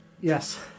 Yes